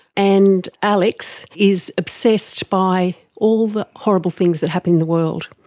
and alex is obsessed by all the horrible things that happen in the world.